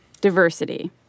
Diversity